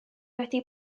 wedi